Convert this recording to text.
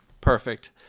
Perfect